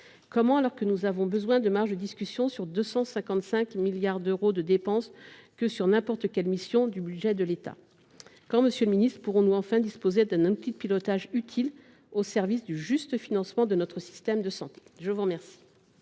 Comment, alors que nous avons besoin de marges de discussion sur ces 255 milliards d’euros de dépenses plus encore que sur n’importe quelle mission du budget de l’État ? Quand, monsieur le ministre, pourrons nous enfin disposer d’un outil de pilotage utile au service du juste financement de notre système de santé ? Je suis saisie